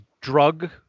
drug